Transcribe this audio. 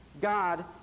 God